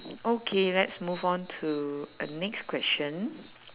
okay let's move on to a next question